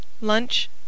Lunch